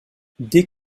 des